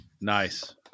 Nice